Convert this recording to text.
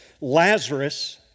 Lazarus